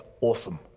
awesome